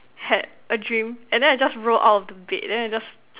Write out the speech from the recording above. had a dream and then I just roll out of the bed then I just